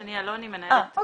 שמי שני אלוני, אני